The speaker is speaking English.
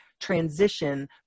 transition